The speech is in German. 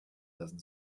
lassen